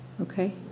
Okay